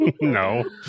No